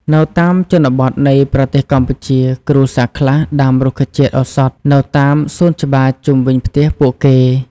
នៅតាមជនបទនៃប្រទេសកម្ពុជា គ្រួសារខ្លះដាំរុក្ខជាតិឱសថនៅតាមសួនច្បារជុំវិញផ្ទះពួកគេ។